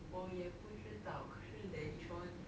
我也不知道可是 daddy 说